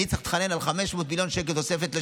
אני צריך להתחנן לתוספת של 500 מיליון שקל לשיקום?